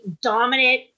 dominant